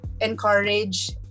encourage